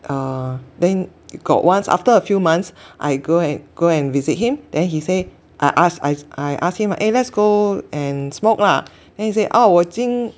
err then got once after a few months I go and go and visit him then he say I ask I I ask him eh let's go and smoke lah then he say oh 我已经